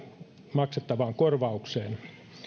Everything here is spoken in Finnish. maksettavaan korvaukseen